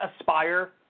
aspire